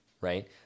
right